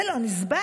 זה לא נסבל.